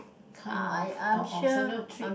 kind of or of treat